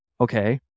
Okay